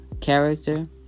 character